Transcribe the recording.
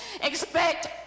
Expect